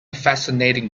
fascinating